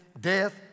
death